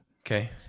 Okay